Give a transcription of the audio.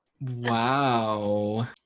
Wow